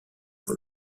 pour